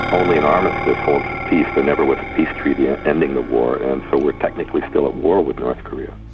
only an armistice holds the peace. there never was a peace treaty and ending the war, and so we're technically still at war with north korea.